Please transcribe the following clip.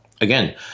again